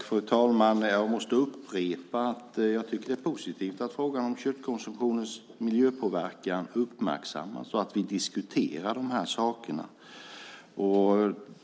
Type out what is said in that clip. Fru talman! Jag måste upprepa att jag tycker att det är positivt att frågan om köttkonsumtionens miljöpåverkan uppmärksammas och diskuteras.